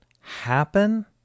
happen